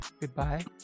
goodbye